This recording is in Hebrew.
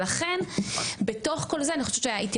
ולכן בתוך כל זה אני חושבת שההתייחסות